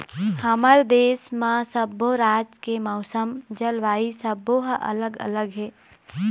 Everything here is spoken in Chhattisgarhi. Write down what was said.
हमर देश म सब्बो राज के मउसम, जलवायु सब्बो ह अलग अलग हे